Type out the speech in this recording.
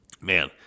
man